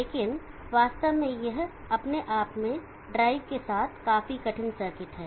लेकिन वास्तव में यह अपने में ड्राइव के साथ काफी कठिन सर्किट है